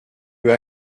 peut